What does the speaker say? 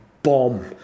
bomb